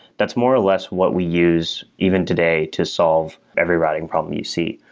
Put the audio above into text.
that's more or less what we use even today to solve every routing problem you see.